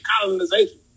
colonization